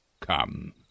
Come